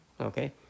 okay